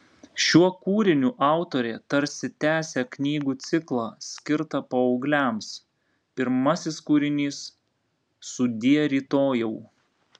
šiuo kūriniu autorė tarsi tęsia knygų ciklą skirtą paaugliams pirmasis kūrinys sudie rytojau